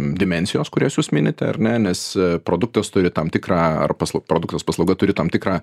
dimensijos kurias jūs minite ar ne nes produktas turi tam tikrą ar pasl produktas paslauga turi tam tikrą